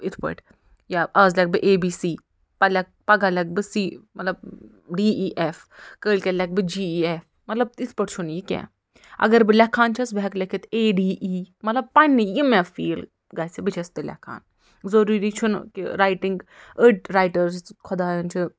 یِتھ پٲٹھۍ یا آز لٮ۪کھٕ بہٕ اے بی سی پَتہٕ لیکھ پگاہ لٮ۪کھٕ بہٕ سی مطلب ڈی ای اٮ۪ف کٲلۍکٮ۪تھ لٮ۪کھٕ بہٕ جی ای اٮ۪ف مطلب تِتھ پٲٹھۍ چھُنہٕ کیٚنٛہہ اگر بہٕ لٮ۪کھان چھَس بہٕ ہٮ۪کہٕ لیٚکِتھ اے ڈی ای مطلب پنٛنہِ یِم مےٚ فیٖل گَژھِ بہٕ چھَس تہِ لٮ۪کھان ضُروٗری چھُنہٕ کہِ رایٹِنٛگ ٲڑۍ رایٹٲرٕس خۄداین چھِ